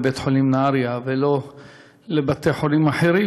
דווקא לבית-החולים נהריה ולא לבתי-חולים אחרים,